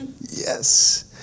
yes